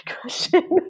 question